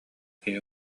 киһи